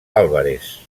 álvarez